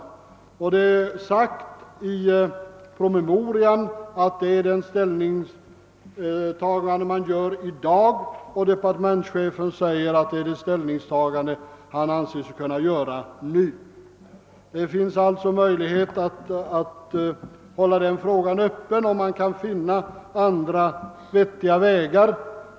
I promemorian uttalas att detta är det ställningstagande, som görs i dag, och departementschefen säger att det är det ställningstagande han anser sig kunna göra nu. Det finns alltså möjligheter att hålla frågan öppen, och man kan måhända framdeles finna andra vettiga vägar.